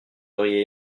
auriez